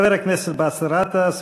חבר הכנסת באסל גטאס,